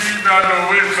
אני בעד להוריד.